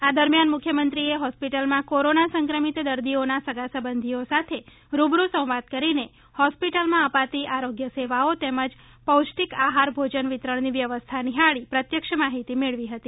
આ દરમિથાન મુખ્યમંત્રીએ હોસ્પિટલમાં કોરોના સંક્રમિત દર્દીઓના સગા સંબંધીઓ સાથે રૂબરૂ સંવાદ કરીને હોસ્પિટલમાં અપાતી આરોગ્ય સેવાઓ તેમજ પૌષ્ટિક આહાર ભોજન વિતરણની વ્યવસ્થા નિહાળી પ્રત્યક્ષ માહિતી મેળવી હતી